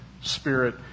spirit